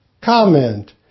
Comment